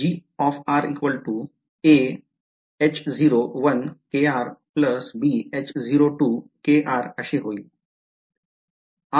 r बरोबर H times काय बनते